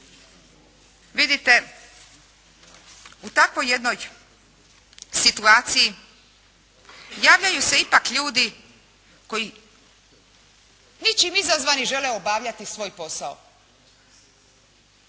vidite, u takvoj jednoj situaciji javljaju se ipak ljudi koji ničime izazvani žele obavljati svoj posao.